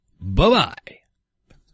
Bye-bye